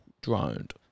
Droned